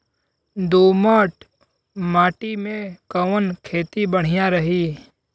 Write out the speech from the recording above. दोमट माटी में कवन खेती बढ़िया रही?